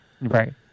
Right